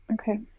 Okay